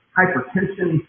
hypertension